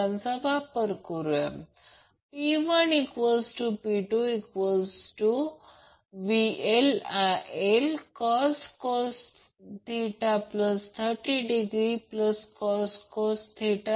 तर याचा अर्थ Ia Ia 1 Ia 2 आणि त्याचप्रमाणे Ib Ic जे 120 ° फेज शिफ्ट सहजपणे करू शकतो कारण ही बॅलन्सड सिस्टम आहे